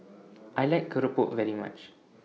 I like Keropok very much